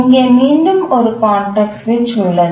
இங்கே மீண்டும் ஒரு கான்டெக்ஸ்ட் சுவிட்ச் உள்ளது